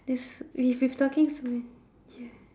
this we've we've talking so man~ ya